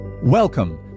Welcome